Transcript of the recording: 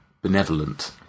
Benevolent